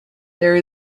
there